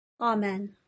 Amen